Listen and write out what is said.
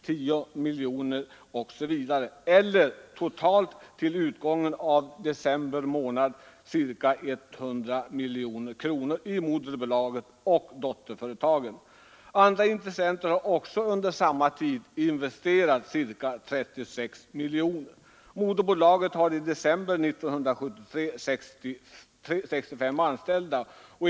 Totalt har till utgången av december månad ca 100 miljoner kronor investerats i moderbolaget och dotterföretagen. Andra intressenter har under samma tid investerat ca 36 miljoner. Moderbolaget hade 65 anställda i december 1973.